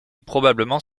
probablement